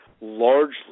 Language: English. Largely